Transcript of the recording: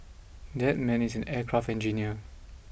that man is an aircraft engineer